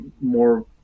more